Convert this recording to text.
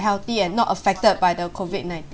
healthy and not affected by the COVID nineteen